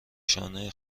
شانه